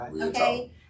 okay